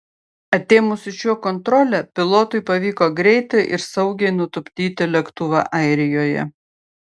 atėmus iš jo kontrolę pilotui pavyko greitai ir saugiai nutupdyti lėktuvą airijoje